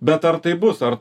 bet ar tai bus ar